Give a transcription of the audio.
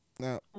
Now